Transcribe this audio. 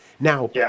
Now